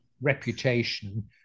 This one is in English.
reputation